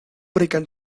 berikan